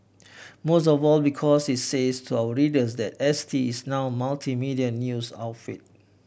most of all because it says to our readers that S T is now a multimedia news outfit